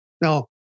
Now